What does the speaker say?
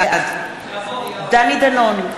בעד דני דנון,